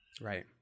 Right